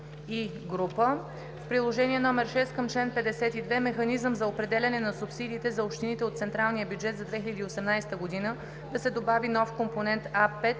„В Приложение № 6 към чл. 52 Механизъм за определяне на субсидиите за общините от централния бюджет за 2018 г. да се добави нов компонент А5